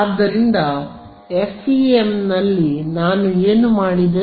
ಆದ್ದರಿಂದ FEM ನಲ್ಲಿ ನಾನು ಏನು ಮಾಡಿದೆ